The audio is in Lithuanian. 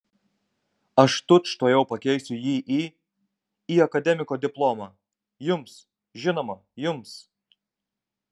aš tučtuojau pakeisiu jį į į akademiko diplomą jums žinoma jums